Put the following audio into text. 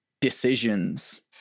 decisions